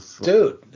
dude